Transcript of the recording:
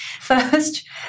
first